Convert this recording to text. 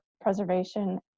preservation